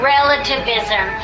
relativism